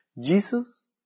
Jesus